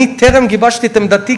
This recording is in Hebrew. אני טרם גיבשתי את עמדתי,